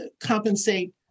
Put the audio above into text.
compensate